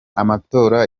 amatora